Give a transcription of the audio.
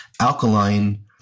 alkaline